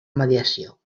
mediació